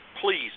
please